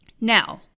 Now